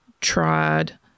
tried